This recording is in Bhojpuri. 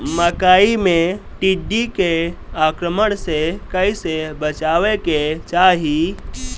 मकई मे टिड्डी के आक्रमण से कइसे बचावे के चाही?